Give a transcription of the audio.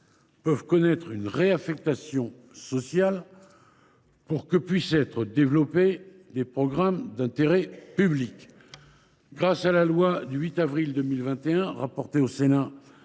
peuvent connaître une réaffectation sociale pour que puissent être développés des programmes d’intérêt public. Grâce à la loi du 8 avril 2021 rapportée au Sénat